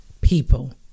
people